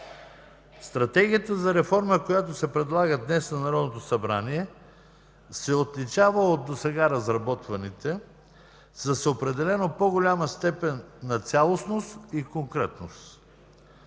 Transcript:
Стратегията за реформа, която се предлага днес на Народното събрание, се отличава от досега разработваните с определено по-голяма степен на цялостност и конкретност.